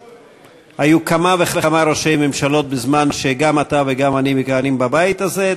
היו כמה וכמה ראשי ממשלות בזמן שגם אתה וגם אני מכהנים בבית הזה,